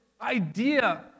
idea